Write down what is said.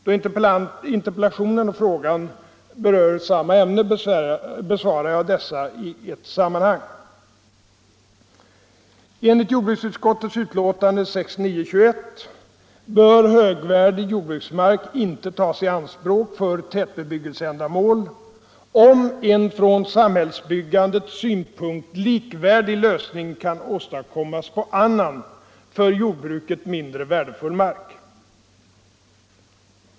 Då interpellationen och frågan berör samma ämne besvarar jag dessa i ett sammanhang. Enligt jordbruksutskottets utlåtande nr 21 år 1969 bör högvärdig jordbruksmark inte tas i anspråk för tätbebyggelseändamål, om en från samhällsbyggandets synpunkter likvärdig lösning kan åstadkommas på annan, för jordbruket mindre värdefull mark.